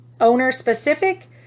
owner-specific